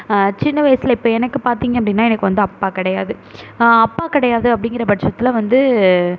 சின்ன வயதில் இப்போ எனக்கு பார்த்தீங்க அப்படின்னா எனக்கு வந்து அப்பா கிடையாது அப்பா கிடையாது அப்படிங்கிற பட்சத்தில் வந்து